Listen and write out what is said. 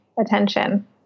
attention